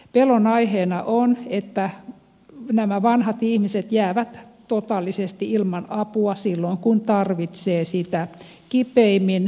pelon aiheena on että nämä vanhat ihmiset jäävät totaalisesti ilman apua silloin kun tarvitsevat sitä kipeimmin